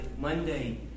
Monday